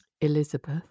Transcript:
elizabeth